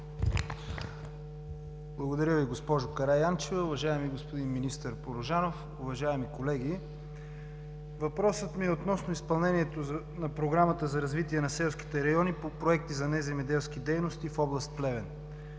Благодаря Ви, госпожо Караянчева. Уважаеми господин министър Порожанов, уважаеми колеги! Въпросът ми е относно изпълнението на Програмата за развитие на селските райони по проекти за неземеделски дейности в област Плевен.